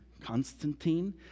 Constantine